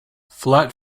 flat